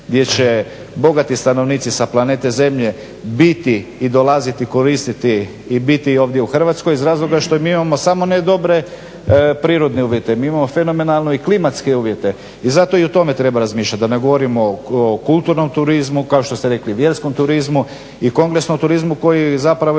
gdje će bogati stanovnici sa planete Zemlje biti i dolaziti koristiti i biti ovdje u Hrvatskoj iz razloga što mi imamo samo ne dobre prirodne uvjete. Mi imamo fenomenalno i klimatske uvjete i zato i o tome treba razmišljati da ne govorimo o kulturnom turizmu, kao što ste rekli o vjerskom turizmu i kongresnom turizmu koji zapravo je